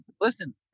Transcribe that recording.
listen